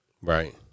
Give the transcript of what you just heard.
Right